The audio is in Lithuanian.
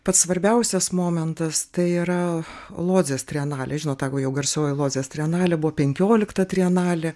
pats svarbiausias momentas tai yra lodzės trienalė žinot ta jeigu jau garsioji lodzės trienalė buvo penkiolikta trienalė